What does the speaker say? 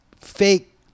Fake